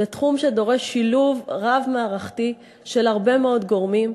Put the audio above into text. זה תחום שדורש שילוב רב-מערכתי של הרבה מאוד גורמים,